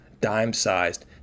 dime-sized